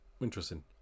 Interesting